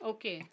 Okay